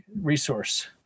resource